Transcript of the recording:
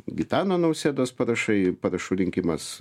gitano nausėdos parašai parašų rinkimas